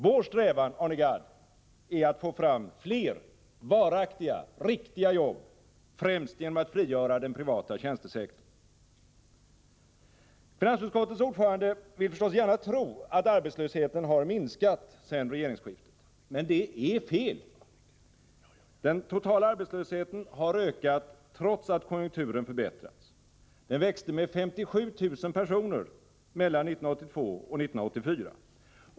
Vår strävan, Arne Gadd, är att få fram fler varaktiga, riktiga jobb främst genom att frigöra den privata tjänstesektorn. Finansutskottets ordförande vill förstås gärna tro att arbetslösheten har minskat efter regeringsskiftet. Men det är fel. Den totala arbetslösheten har ökat trots att konjunkturen förbättrats. Den växte med 57 000 personer mellan åren 1982 och 1984.